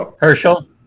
Herschel